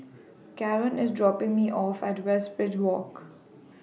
Karon IS dropping Me off At Westridge Walk